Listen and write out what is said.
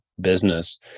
business